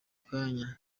kanya